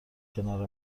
کنار